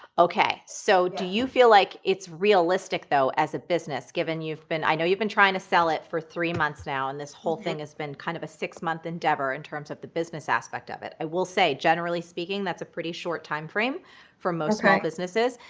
okay. so do you feel like it's realistic though as a business, given you've been. i know you've been trying to sell it for three months now and this whole thing has been kind of a six month endeavor in terms of the business aspect of it. i will say, generally speaking, that's a pretty short time frame for most small businesses.